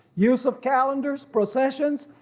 use of calendars, processions,